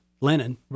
Lenin